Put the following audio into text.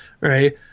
right